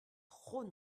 trop